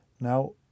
now